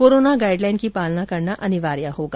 corona guideline की पालना करना अनिवार्य होगा